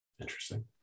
Interesting